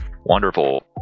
Wonderful